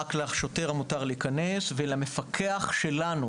רק לשוטר מותר להיכנס ולמפקח שלנו,